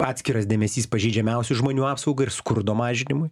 atskiras dėmesys pažeidžiamiausių žmonių apsaugai ir skurdo mažinimui